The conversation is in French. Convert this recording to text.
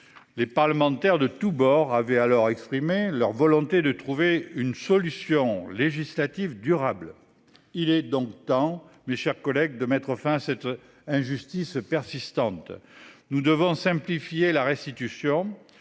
Les parlementaires de tous bords avaient alors exprimé leur volonté de trouver une solution législative durable. Il est donc temps mes chers collègues, de mettre fin à cette injustice persistante. Nous devons simplifier la restitution